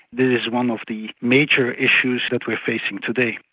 this is one of the major issues that we are facing today.